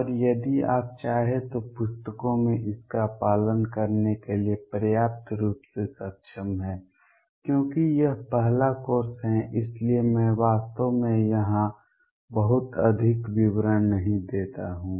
और यदि आप चाहें तो पुस्तकों में इसका पालन करने के लिए पर्याप्त रूप से सक्षम है क्योंकि यह पहला कोर्स है इसलिए मैं वास्तव में यहां बहुत अधिक विवरण नहीं देता हूं